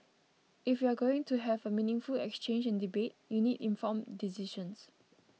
if you're going to have a meaningful exchange and debate you need informed decisions